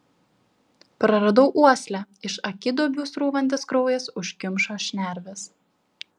praradau uoslę iš akiduobių srūvantis kraujas užkimšo šnerves